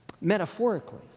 Metaphorically